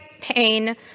pain